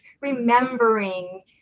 remembering